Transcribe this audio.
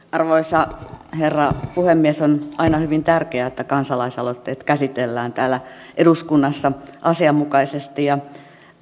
arvoisa herra puhemies on aina hyvin tärkeää että kansalais aloitteet käsitellään täällä eduskunnassa asianmukaisesti